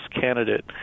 candidate